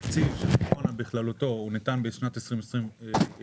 התקציב של הקורונה בכללותו ניתן לשנת 2020 בלבד.